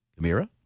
Kamira